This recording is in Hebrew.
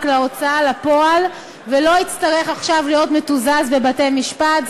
להוצאה לפועל ולא יצטרך עכשיו להיות מתוזז בבתי-המשפט.